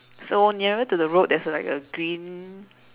so nearer to the road there's like a green